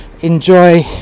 enjoy